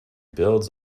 builds